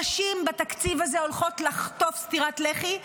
הנשים בתקציב הזה הולכות לחטוף סטירת לחי,